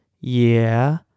Yeah